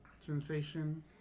sensation